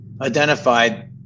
identified